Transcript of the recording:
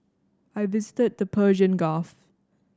I visited the Persian Gulf